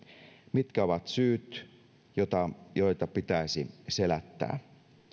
mitkä ovat syyt joita joita pitäisi selättää